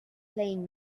playing